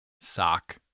Sock